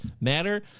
matter